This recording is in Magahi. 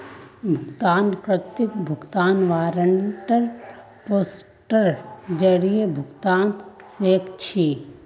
भुगतान कर्ताक भुगतान वारन्ट पोस्टेर जरीये भेजवा सके छी